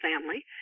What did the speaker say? family